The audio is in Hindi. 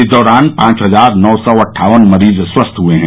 इस दौरान पांच हजार नौ सौ अट्ठावन मरीज स्वस्थ हुए हैं